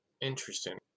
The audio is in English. Interesting